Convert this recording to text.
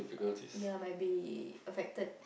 ya might be affected